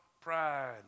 Pride